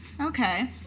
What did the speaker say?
Okay